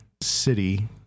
city